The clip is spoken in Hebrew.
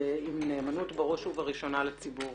עם נאמנות בראש ובראשונה לציבור.